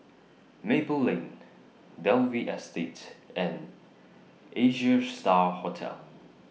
Maple Lane Dalvey Estate and Asia STAR Hotel